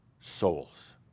souls